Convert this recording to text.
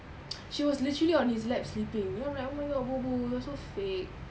she was literally on his lap sleeping then I'm like oh my god booboo you're so fake